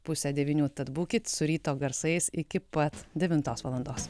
pusę devynių tad būkit su ryto garsais iki pat devintos valandos